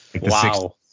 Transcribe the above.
Wow